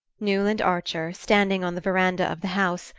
newland archer, standing on the verandah of the house,